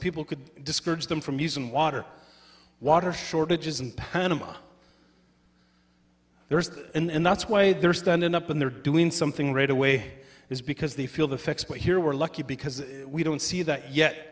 people could discourage them from using water water shortages in panama there is and that's why they're standing up and they're doing something right away is because they feel the effects but here we're lucky because we don't see that yet